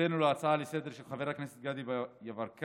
התייחסותנו להצעה לסדר-היום של חבר הכנסת גדי יברקן